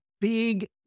big